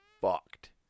fucked